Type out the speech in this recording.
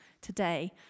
today